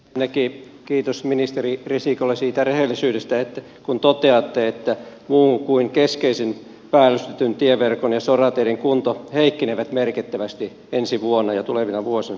ensinnäkin kiitos ministeri risikolle siitä rehellisyydestä kun toteatte että muun kuin keskeisen päällystetyn tieverkon ja sorateiden kunto heikkenee merkittävästi ensi vuonna ja tulevina vuosina